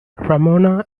ramona